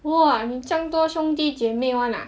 !wah! 你这样多兄弟姐妹 [one] ah